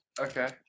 okay